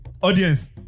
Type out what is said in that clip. Audience